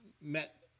met